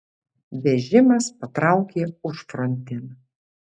vežimas patraukė užfrontėn